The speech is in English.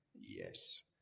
Yes